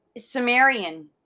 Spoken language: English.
sumerian